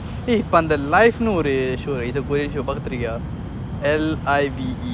ஏய் இப்ப அந்த:eai ippa antha L I V E nuh ஒரு:oru show போட்டிருன்சு பாத்திருக்கயா:potirunchu paathirukkaya